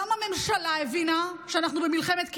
גם הממשלה הבינה שאנחנו במלחמת קיום,